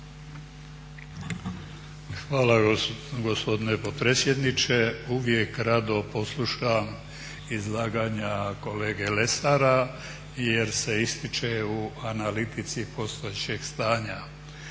Hvala gospodine potpredsjedniče. Uvijek rado poslušam izlaganja kolege Lesara jer se ističe u analitici postojećeg stanja.